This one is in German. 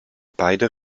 beide